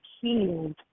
healed